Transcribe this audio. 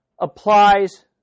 applies